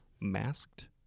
masked